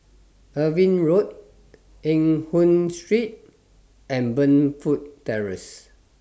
Irving Road Eng Hoon Street and Burnfoot Terrace